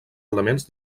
elements